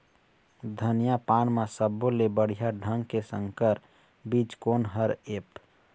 धनिया पान म सब्बो ले बढ़िया ढंग के संकर बीज कोन हर ऐप?